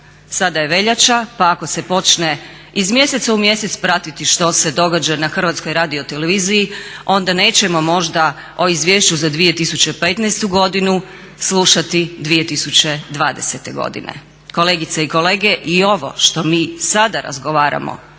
sada je veljača pa ako se počne iz mjeseca u mjesec pratiti što se događa na HRT-u onda nećemo možda o Izvješću za 2015. godinu slušati 2020. godine. Kolegice i kolege i ovo što mi sada razgovaramo